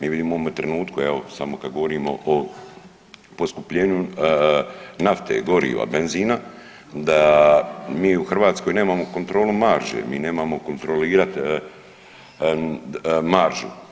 Mi vidimo u ovome trenutku evo samo kad govorimo o poskupljenju nafte, goriva, benzina da mi u Hrvatskoj nemamo kontrolu marže, mi nemamo kontrolirat maržu.